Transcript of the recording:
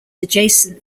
adjacent